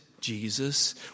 Jesus